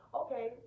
okay